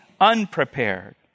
unprepared